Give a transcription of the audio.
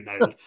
no